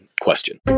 question